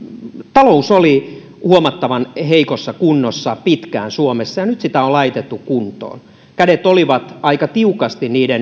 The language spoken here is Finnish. talous oli huomattavan heikossa kunnossa pitkään suomessa ja nyt sitä on laitettu kuntoon kädet olivat aika tiukasti